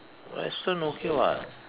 western okay [what]